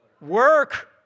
Work